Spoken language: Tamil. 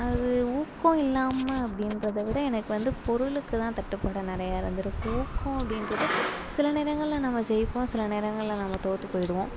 அது ஊக்கம் இல்லாம அப்படின்றத விட எனக்கு வந்து பொருளுக்கு தான் தட்டுப்பாடு நிறையா அது மாதிரி ஊக்கம் அப்படின்றது சில நேரங்களில் நம்ம ஜெய்போம் சில நேரங்களில் நம்ம தோற்று போய் விடுவோம்